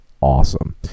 awesome